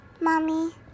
Mommy